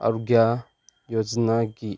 ꯑꯔꯣꯒ꯭ꯌꯥ ꯌꯣꯖꯅꯥꯒꯤ